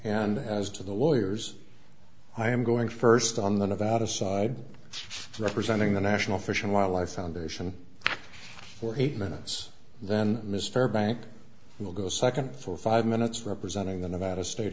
and as to the lawyers i am going first on the nevada side representing the national fish and wildlife foundation for eight minutes then mr bank will go second for five minutes representing the nevada state